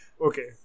Okay